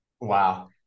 Wow